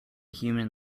human